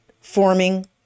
forming